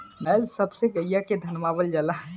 बैल सब से गईया के धनवावल जाला